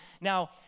Now